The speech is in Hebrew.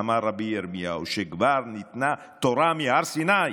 "אמר רבי ירמיה: שכבר נתנה תורה מהר סיני,